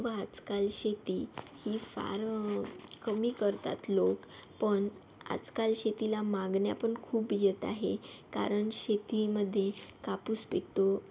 व आजकाल शेती ही फार कमी करतात लोक पण आजकाल शेतीला मागण्या पण खूप येत आहे कारण शेतीमध्ये कापूस पिकतो